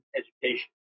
education